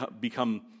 become